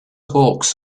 hawks